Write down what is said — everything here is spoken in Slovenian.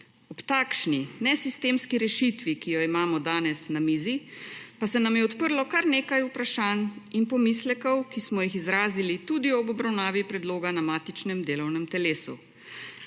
Ob takšni nesistemski rešitvi, ki jo imamo danes na mizi, pa se nam je odprlo kar nekaj vprašanj in pomislekov, ki smo jih izrazili tudi ob obravnavi predloga na matičnem delovnem telesu,